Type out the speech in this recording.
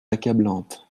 accablante